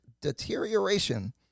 deterioration